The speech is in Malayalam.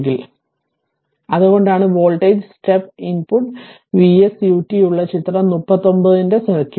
അതിനാൽ അതുകൊണ്ടാണ് voltage step input V s ut ഉള്ള ചിത്രം 39 ന്റെ ഒരു സർക്കിട്ട്